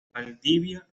valdivia